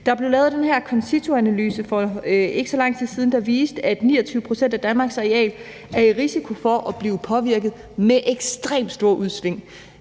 Der blev lavet den her CONCITO-analyse for ikke så lang tid siden, der viste, at 29 pct. af Danmarks areal er i risiko for at blive påvirket med ekstremt store udsving.